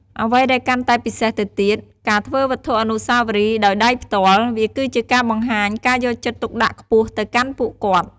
អ្វីដែលកាន់តែពិសេសទៅទៀត ការធ្វើវត្ថុអនុស្សាវរីយ៍ដោយដៃផ្ទាល់ វាគឺជាបង្ហាញពីការយកចិត្តទុកដាក់ខ្ពស់ទៅកាន់ពួកគាត់។